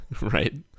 right